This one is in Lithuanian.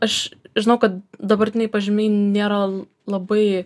aš žinau kad dabartiniai pažymiai nėra labai